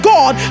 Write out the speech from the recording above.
God